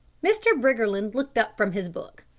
mr. briggerland looked up from his book.